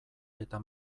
eta